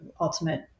ultimate